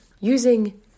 using